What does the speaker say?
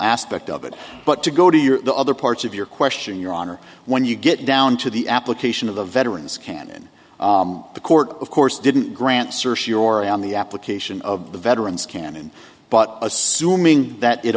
aspect of it but to go to your the other parts of your question your honor when you get down to the application of the veterans canon the court of course didn't grant search your on the application of the veterans canon but assuming that it